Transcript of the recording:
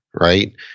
Right